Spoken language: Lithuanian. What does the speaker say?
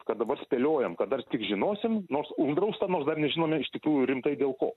kad dabar spėliojam kad dar tik žinosim nors uždrausta nors dar nežinome iš tikrųjų rimtai dėl ko